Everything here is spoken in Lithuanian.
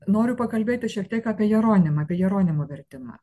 noriu pakalbėti šiek tiek apie jeronimą apie jeronimo vertimą